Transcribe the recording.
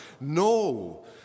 No